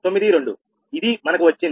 92 ఇది మనకు వచ్చింది